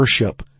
worship